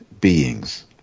beings